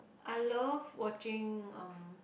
I love watching um